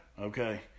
Okay